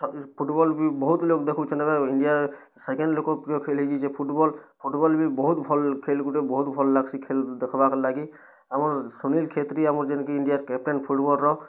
football ବି ବହୁତ୍ ଲୋକ୍ ଦେଖୁଛନ୍ ଇଣ୍ଡିଆ ସେକେଣ୍ଡ୍ ଲୋକ୍ ପ୍ରିୟ ଖେଳ୍ ହେଇଯାଇଛେ ଫୁଟ୍ବଲ୍ ଫୁଟ୍ବଲ୍ ବି ବହୁତ୍ ଭଲ୍ ଖେଲ୍ ଗୁଟେ ବହୁତ୍ ଭଲ୍ ଲାଗ୍ସି ଖେଲ୍ ଦେଖ୍ବାର୍ ଲାଗି ଆମର୍ ସୁନୀଲ ଛେତ୍ରି ଆମର୍ ଯେନ୍ କି ଇଣ୍ଡିଆ ର କ୍ୟାପ୍ଟେନ୍ ଫୁଟ୍ବଲ୍ ର